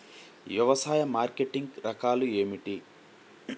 వ్యవసాయ మార్కెటింగ్ రకాలు ఏమిటి?